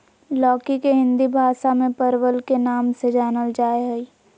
लौकी के हिंदी भाषा में परवल के नाम से जानल जाय हइ